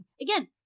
again